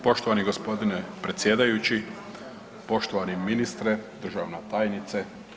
Poštovani g. predsjedajući, poštovani ministre, državna tajnice.